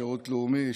שירות לאומי,